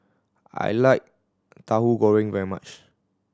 I like Tahu Goreng very much